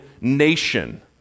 nation